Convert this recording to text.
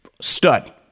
stud